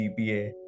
GPA